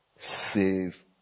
Save